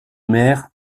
maire